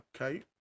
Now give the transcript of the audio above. Okay